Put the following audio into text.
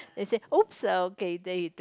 and say !oops! uh okay then he took